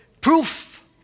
proof